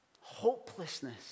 hopelessness